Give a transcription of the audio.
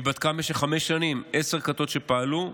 היא בדקה במשך חמש שנים עשר כתות שפעלו,